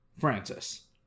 Francis